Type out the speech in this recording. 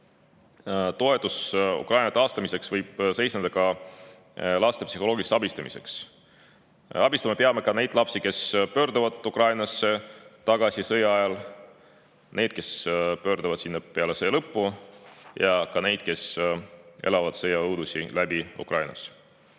toetus Ukraina taastamiseks võib seisneda ka laste psühholoogilises abistamises. Abistama peame neid lapsi, kes pöörduvad Ukrainasse tagasi sõja ajal, neid, kes pöörduvad sinna peale sõja lõppu, ja ka neid, kes elavad sõjaõudusi läbi Ukrainas.